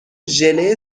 ژله